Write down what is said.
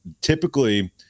typically